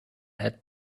had